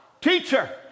teacher